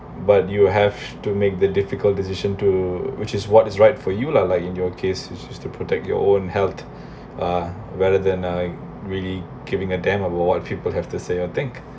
but you have to make the difficult decision to which is what is right for you lah like in your case is used to protect your own health uh rather than I really giving a damn a lot of people have to say or think